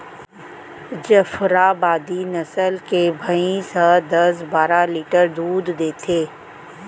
जफराबादी नसल के भईंस ह दस बारा लीटर दूद देथे